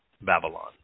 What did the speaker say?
Babylon